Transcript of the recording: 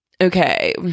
okay